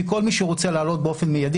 כי כל מי שרוצה לעלות באופן מיידי,